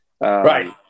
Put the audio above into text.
right